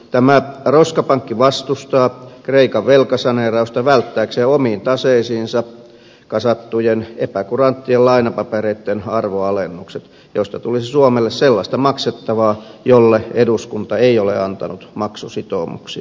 tämä roskapankki vastustaa kreikan velkasaneerausta välttääkseen omiin taseisiinsa kasattujen epäkuranttien lainapapereitten arvonalennukset joista tulisi suomelle sellaista maksettavaa jolle eduskunta ei ole antanut maksusitoumuksia